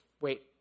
wait